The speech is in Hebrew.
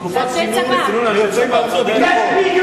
תקופת צינון ליוצאי מערכת הביטחון.